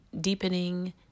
deepening